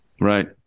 Right